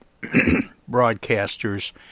broadcasters